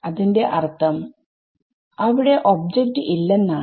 അതിന്റെ അർഥം അവിടെ ഒബ്ജക്റ്റ് ഇല്ലെന്നാണ്